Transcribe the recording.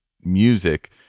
music